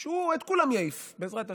שהוא, את כולם יעיף, בעזרת השם,